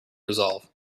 resolve